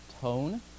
tone